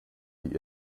die